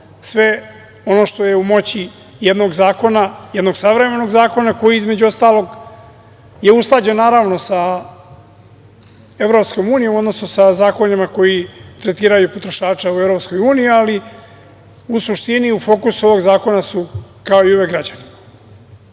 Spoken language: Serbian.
sve ono što je u moći jednog savremenog zakona koji između ostalog je usklađen naravno sa EU, odnosno sa zakonima koji tretiraju potrošače u EU, ali u suštini, u fokusu ovog zakona su kao i uvek građani. Kao